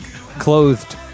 clothed